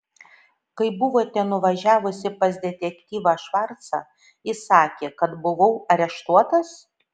kai buvote nuvažiavusi pas detektyvą švarcą jis sakė kad buvau areštuotas